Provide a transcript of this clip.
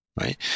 right